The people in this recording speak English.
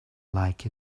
like